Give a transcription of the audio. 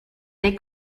dei